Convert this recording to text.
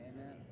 Amen